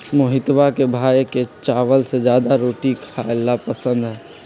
मोहितवा के भाई के चावल से ज्यादा रोटी खाई ला पसंद हई